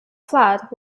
flat